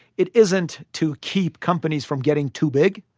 it isn't to keep companies from getting too big.